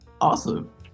Awesome